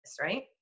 right